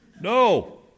No